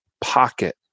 pocket